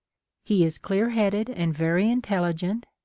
he is clear-headed and very intelligent,